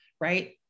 Right